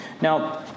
Now